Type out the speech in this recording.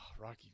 rocky